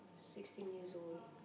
sixteen years old